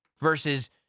versus